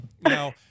Now